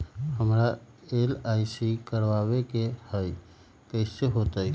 हमरा एल.आई.सी करवावे के हई कैसे होतई?